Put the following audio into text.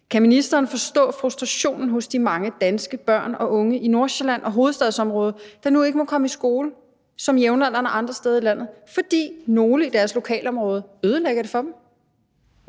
Kan ministeren forstå frustrationen hos de mange danske børn og unge i Nordsjælland og hovedstadsområdet, der nu ikke må komme i skole som jævnaldrende andre steder i landet, fordi nogle i deres lokalområde ødelægger det for dem?